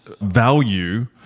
value